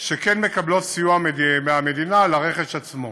שכן מקבלות סיוע מהמדינה לרכש עצמו,